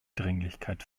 dringlichkeit